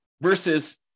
versus